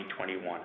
2021